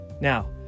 now